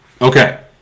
Okay